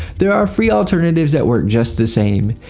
there are free alternatives that work just the same.